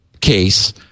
case